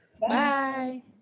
Bye